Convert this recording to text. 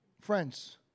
Friends